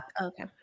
Okay